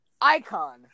Icon